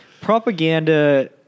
propaganda